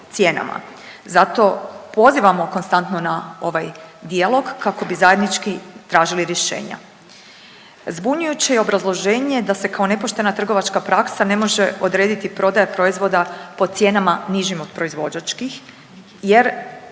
Zato pozivamo konstantno na ovaj dijalog kako bi zajednički tražili rješenja. Zbunjujuće je obrazloženje da se kao nepoštena trgovačka praksa ne može odrediti prodaja proizvoda po cijenama nižim od proizvođačkih jer